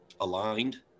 aligned